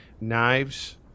knives